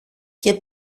και